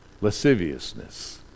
lasciviousness